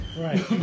Right